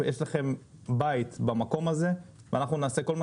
יש לכם בית במקום הזה ואנחנו נעשה כל מה